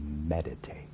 meditate